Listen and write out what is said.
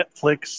Netflix